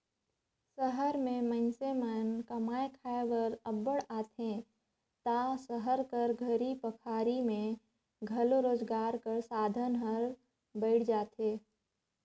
सहर में मइनसे मन कमाए खाए बर अब्बड़ आथें ता सहर कर घरी पखारी में घलो रोजगार कर साधन हर बइढ़ जाथे